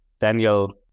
Daniel